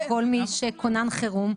כל מי שכונן חירום,